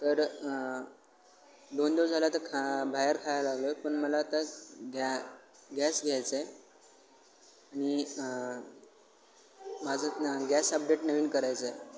तर दोन दिवस झाला तर खा बाहेर खायला लागलं पण मला आता गॅ गॅस घ्यायचा आहे आणि माझं गॅस अपडेट नवीन करायचंय